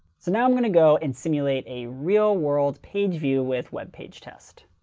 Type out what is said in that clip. so now i'm going to go and simulate a real-world page view with web page test.